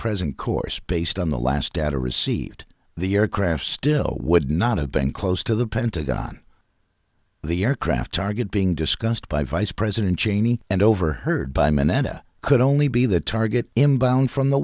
present course based on the last data received the aircraft still would not have been close to the pentagon the aircraft target being discussed by vice president cheney and overheard by minetta could only be the target him bound from the